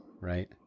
right